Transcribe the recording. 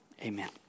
Amen